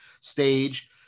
stage